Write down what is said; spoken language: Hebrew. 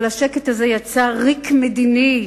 אבל השקט הזה יצר ריק מדיני,